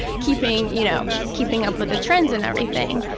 keeping you know keeping up with the trends and everything.